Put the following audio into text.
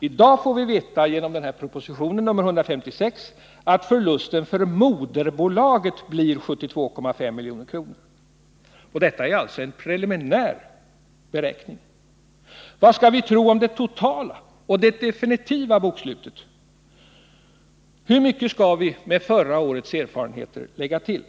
I dag får vi veta, genom proposition 156, att förlusten för moderbolaget blivit 72,5 milj.kr. Detta är alltså en preliminär beräkning. Vad skall vi tro om det totala och det definitiva bokslutet? Hur mycket skall vi, mot bakgrund av förra årets erfarenheter, lägga till?